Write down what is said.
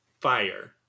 Fire